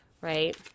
Right